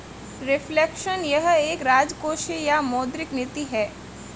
reflection यह एक राजकोषीय या मौद्रिक नीति है